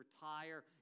retire